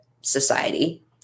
society